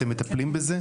אתם מטפלים בזה?